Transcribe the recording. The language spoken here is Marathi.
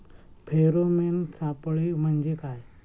फेरोमेन सापळे म्हंजे काय?